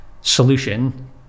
solution